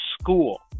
school